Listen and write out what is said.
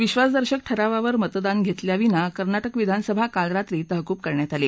विश्वासदर्शक ठरावावर मतदान घेतल्याविना कर्नाटक विधानसभा काल रात्री तहकूब करण्यात आली